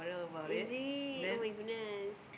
is it [oh]-my-goodness